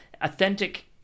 authentic